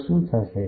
તો શું થશે